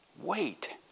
Wait